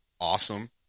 awesome